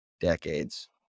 decades